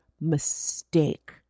mistake